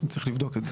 אני צריך לבדוק את זה.